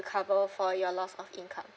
cover for your loss of income